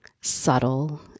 subtle